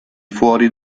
fuori